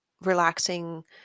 relaxing